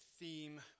theme